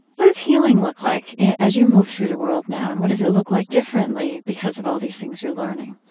what does healing look like as you move through the world now and what does it look like differently because of all these things you're learning?